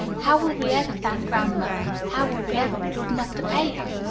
how will we ever thank grandmother? how will we ever be good enough to pay her?